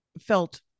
felt